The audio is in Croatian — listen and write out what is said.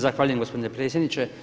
Zahvaljujem gospodine predsjedniče.